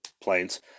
planes